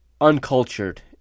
uncultured